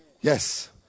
Yes